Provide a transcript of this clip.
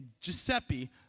Giuseppe